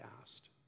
asked